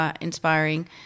inspiring